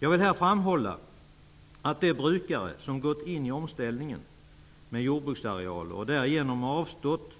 Jag vill framhålla att de brukare som gått in i en omställning av sin jordbruksareal och därigenom avstått